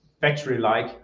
factory-like